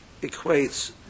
equates